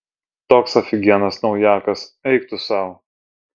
toks afigienas naujakas eik tu sau